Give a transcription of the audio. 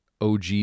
OG